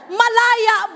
malaya